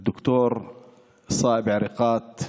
המפקד הלוחם ד"ר סאיב עריקאת,